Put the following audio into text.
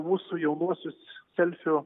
mūsų jaunuosius selfių